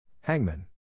Hangman